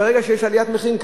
ברגע שיש עליית מחירים,